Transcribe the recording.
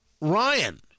Ryan